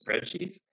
spreadsheets